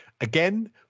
again